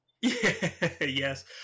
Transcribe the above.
Yes